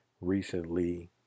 recently